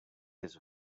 his